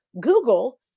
Google